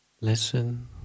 listen